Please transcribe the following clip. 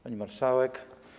Pani Marszałek!